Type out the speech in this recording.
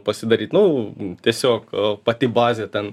pasidaryt nu tiesiog pati bazė ten